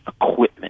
equipment